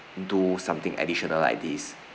do something additional like this